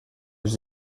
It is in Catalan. els